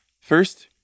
First